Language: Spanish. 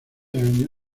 año